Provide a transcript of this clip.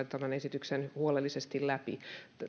tämän esityksen huolellisesti läpi